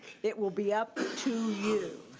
it will be up to you.